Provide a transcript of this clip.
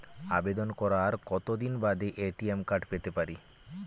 আবেদন করার কতদিন বাদে এ.টি.এম কার্ড পেতে পারি?